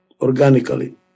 organically